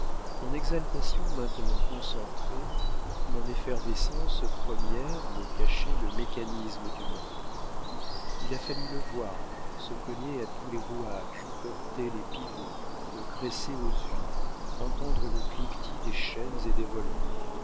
mon exaltation maintenant concentrée mon effervescence première me cachaient le mécanisme du monde il a fallu le voir se cogner à tous les rouages heurter les pivots me graisser aux huiles entendre le cliquetis des chaînes et des volants